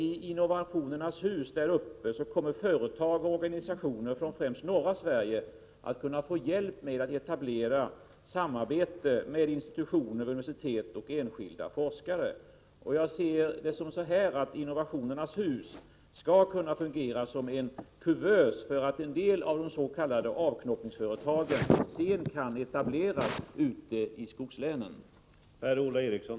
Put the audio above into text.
I Innovationernas hus kommer företag och organisationer från främst norra Sverige att kunna få hjälp med att etablera samarbete med universitet, institutioner och enskilda forskare. Jag ser det så, att Innovationernas hus skall kunna fungera som en kuvös för att en del av de s.k. avknoppningsföretagen sedan skall kunna etableras ute i skogslänen.